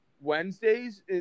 Wednesdays –